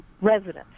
residents